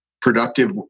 productive